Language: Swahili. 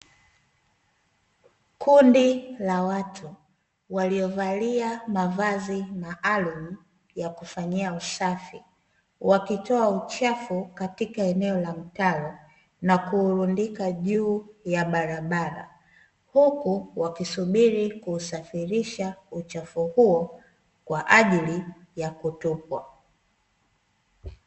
Kundi la watu waliovalia mavazi maalumu ya kufanyia usafi, wakitoa uchafu katika eneo la mtaro na kuurundika juu ya barabara, huku wakisubiri kuusafirisha uchafu huo kwa ajili ya kutupwa.